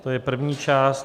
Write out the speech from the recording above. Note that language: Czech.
To je první část.